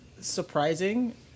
surprising